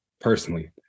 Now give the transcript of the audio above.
personally